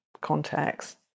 context